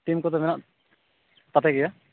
team ᱠᱚᱫᱚ ᱢᱮᱱᱟᱜ ᱛᱟᱯᱮ ᱜᱮᱭᱟ